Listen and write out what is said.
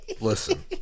listen